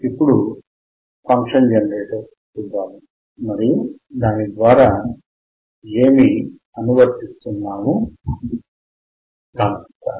ఇప్పుడు మనము function generator చూద్దాము మరియు దాని ద్వారా ఏమి అనువర్తిస్తున్నామో గమనిద్దాం